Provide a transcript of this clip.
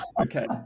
Okay